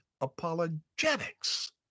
apologetics